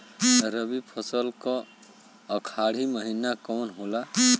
रवि फसल क आखरी महीना कवन होला?